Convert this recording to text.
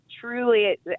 truly